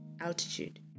altitude